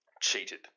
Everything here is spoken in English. cheated